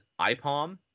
IPOM